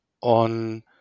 on